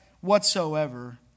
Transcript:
whatsoever